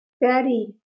Betty